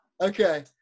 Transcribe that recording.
Okay